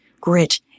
Grit